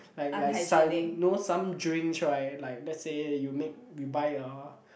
like like son know some drinks right like let's say you make you buy uh